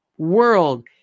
world